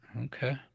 Okay